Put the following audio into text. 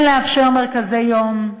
כן לאפשר מרכזי יום,